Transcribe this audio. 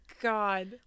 God